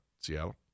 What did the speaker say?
Seattle